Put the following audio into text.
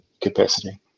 capacity